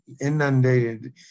inundated